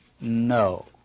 No